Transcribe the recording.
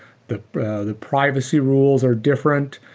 the the privacy rules are different,